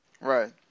Right